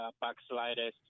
backsliders